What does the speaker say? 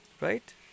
right